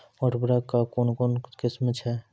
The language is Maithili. उर्वरक कऽ कून कून किस्म छै?